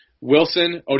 Wilson